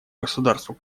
государству